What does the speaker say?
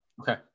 Okay